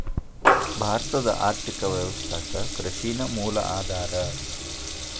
ಭಾರತದ್ ಆರ್ಥಿಕ ವ್ಯವಸ್ಥಾಕ್ಕ ಕೃಷಿ ನ ಮೂಲ ಆಧಾರಾ